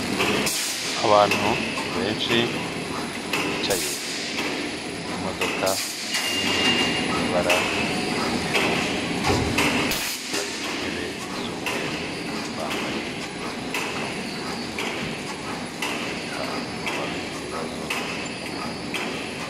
Abantu benshi bicaye imbere y'imodoka nini iri mu ibara ry'umweru, bari ku ntebe z'umweru, bambaye udupfukamunwa. Bita ku bafite ibibazo byo mu mutwe.